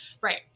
right